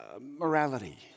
morality